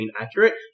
accurate